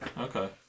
Okay